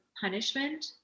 punishment